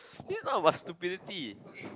it's not about stupidity